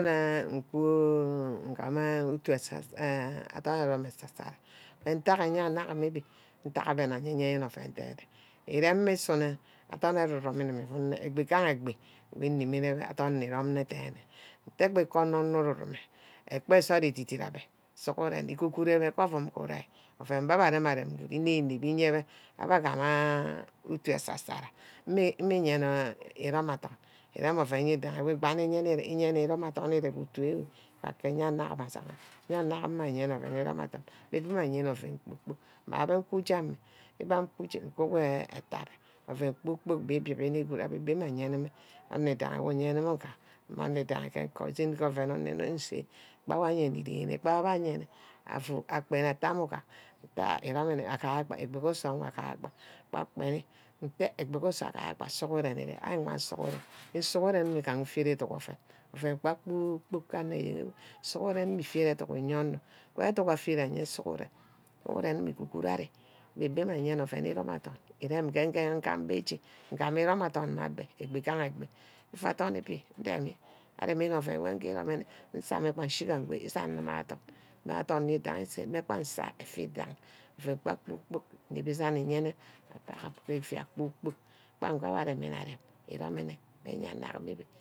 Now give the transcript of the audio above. Go ngam utu asaˈsara. enh adorn erome esa ˈsara mme ntack ayanem mebi abe nna yeyene oven deyne irem mmusune adorn ero'rome dubi vun nne egbi gaha egbi wor nnimeha adorn ni rome nne denne. nte kpa kubo onor onor urume. ekpe nsort edidict abe sughuren igod'goro mbe ke ovum mme ure oven mmebe arem înem înem íyebe abe agam uti eza-zara. mme yene iromadord. yene oven widanyi wîyene îrome adorn îre ke ítu ewe ikpake ayana awo ashina. ayanor mme ayene oven irom adorn. aba be mma ayen oven kpor-kpork. mme nge kuche dene mme oven wor ebine good abe babe mma ayene anor idanghi wor ayene ngam. anem oven ke oven onor Nse gba wa ayenine írenene. gba wa afu akpeni atte awor mu-gam înte hmm îromine egbi ku sor ngagam gba. ntei egbi ku zor sughren agima sughuren. ke sughuren mme gaha ufet educk oven. oven gba kpor-kpork sughuren mme fîaith educk iye onor. owor afaith educk aye sughuren sughuren mme guhuro ari. abebe mma ayen oven iromé adon. Éme nga gam ber chi. îndi romé́ adorn mmeabe. egbí ke egbi adorn íbi indeme aremi oven ijeromine. nsahame Nshina. ígahare nne ke adorn. mma adorn nse. maba nse efidiahe. oven kpor-kpork inem isan eyene effia kpor-kpork bange abbe aremi-nne arem mme eyenna